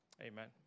Amen